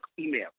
email